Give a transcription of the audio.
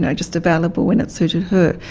and just available when it suited her,